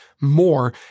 more